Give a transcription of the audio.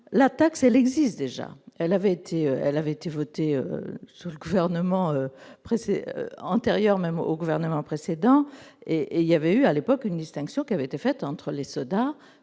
La taxe existe déjà : elle avait été votée sous le gouvernement antérieur au gouvernement précédent. À l'époque, une distinction avait été faite entre les sodas